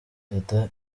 dada